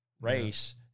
race